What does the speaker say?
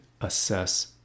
assess